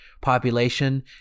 population